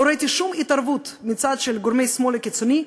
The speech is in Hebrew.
לא ראיתי שום התערבות מצד גורמי השמאל הקיצוני,